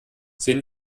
sehen